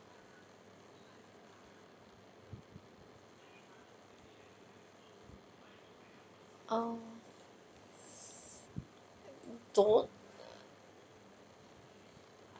um don't